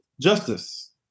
justice